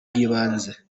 bw’ibanze